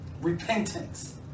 Repentance